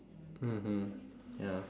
mmhmm ya